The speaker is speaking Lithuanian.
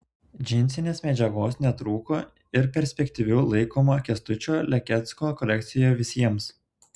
džinsinės medžiagos netrūko ir perspektyviu laikomo kęstučio lekecko kolekcijoje visiems